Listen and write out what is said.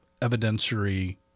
evidentiary